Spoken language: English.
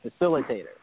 facilitator